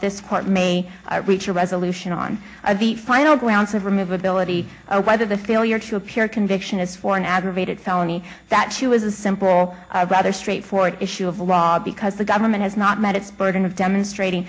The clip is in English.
this court may reach a resolution on the final grounds of remove ability or whether the failure to appear conviction is for an aggravated felony that she was a simple rather straightforward issue of laws because the government has not met its burden of demonstrating